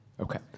Okay